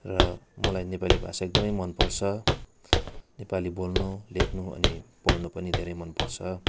र मलाई नेपाली भाषा एकदमै मनपर्छ नेपाली बोल्नु लेख्नु अनि पढ्नु पनि धेरै मनपर्छ